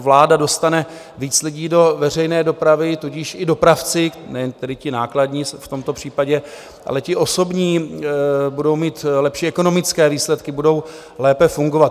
Vláda dostane víc lidí do veřejné dopravy, tudíž i dopravci, nejen tedy ti nákladní v tomto případě, ale i ti osobní, budou mít lepší ekonomické výsledky, budou lépe fungovat.